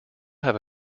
have